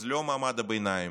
אז לא מעמד הביניים,